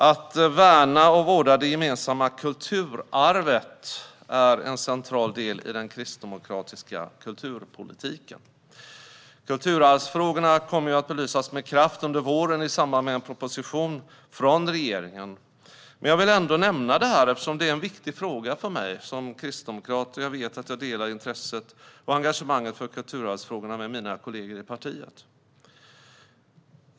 Att värna och vårda det gemensamma kulturarvet är en central del i den kristdemokratiska kulturpolitiken. Kulturarvsfrågorna kommer ju att belysas med kraft under våren i samband med en proposition från regeringen. Men jag vill ändå nämna detta eftersom det är en viktig fråga för mig som kristdemokrat, och jag vet att jag delar intresset och engagemanget för kulturarvsfrågorna med mina kollegor i partiet.